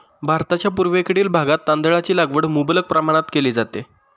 भारताच्या पूर्वेकडील भागात तांदळाची लागवड मुबलक प्रमाणात केली जाते